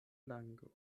lango